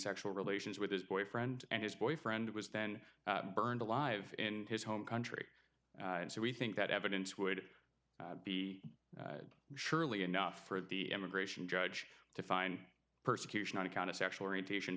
sexual relations with his boyfriend and his boyfriend was then burned alive in his home country and so we think that evidence would be surely enough for the immigration judge to find persecution on account of sexual orientation